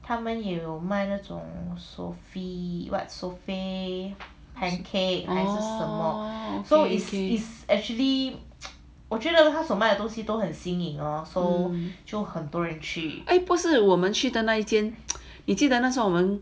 是我们去的那一天你记得那时候我们